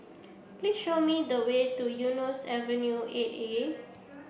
please show me the way to Eunos Avenue Eight A